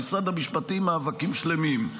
למשרד המשפטים, מאבקים שלמים,